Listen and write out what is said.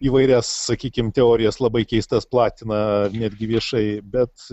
įvairias sakykim teorijas labai keistas platina netgi viešai bet